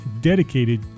dedicated